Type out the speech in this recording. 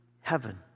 heaven